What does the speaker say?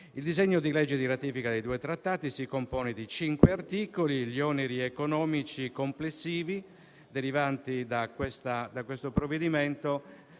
Il disegno di legge di ratifica dei due trattati si compone di cinque articoli. Gli oneri economici complessivi derivanti da questo provvedimento